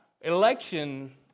Election